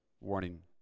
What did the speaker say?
warning